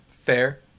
Fair